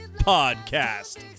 Podcast